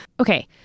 Okay